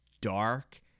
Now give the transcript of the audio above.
dark